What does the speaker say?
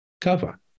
cover